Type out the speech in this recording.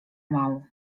małą